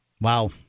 Wow